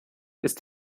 ist